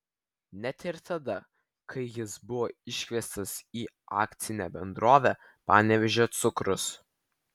net ir tada kai jis buvo iškviestas į akcinę bendrovę panevėžio cukrus